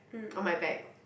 on my bag